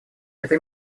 это